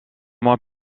mois